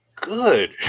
good